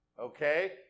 Okay